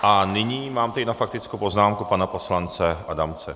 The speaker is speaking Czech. A nyní mám tady na faktickou poznámku pana poslance Adamce.